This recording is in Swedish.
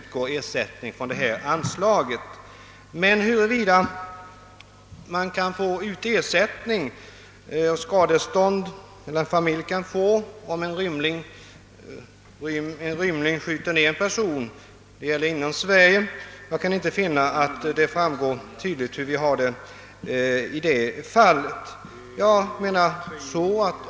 Men jag kan inte finna att det framgår tydligt huruvida en familj kan få ersättning i ett fall då en rymling skjuter ned en person inom Sverige.